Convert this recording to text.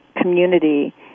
community